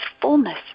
fullness